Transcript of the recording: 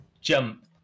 jump